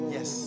Yes